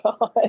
God